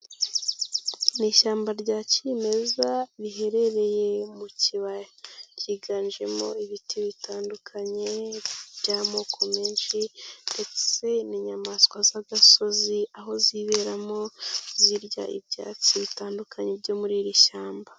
Ni ishyamba rya kimeza riherereye mu kibaya, ryiganjemo ibiti bitandukanye by'amoko menshi ndetse n'inyamaswa z'agasozi aho ziberamo zirya ibyatsi bitandukanye byo muri iri shyamba.